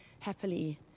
happily